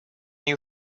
you